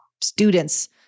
students